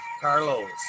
Carlos